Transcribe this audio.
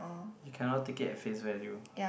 you cannot take it at face value